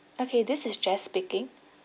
okay this is jess speaking